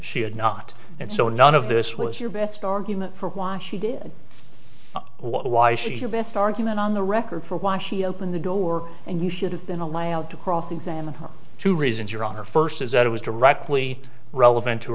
she had not and so none of this was your best argument for why she did why should your best argument on the record for why she opened the door and you should have been allowed to cross examine her two reasons your honor first is that it was directly relevant to